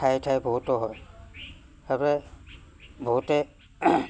ঠায়ে ঠায়ে বহুতো হয় সেইবাবে বহুতে